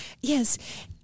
Yes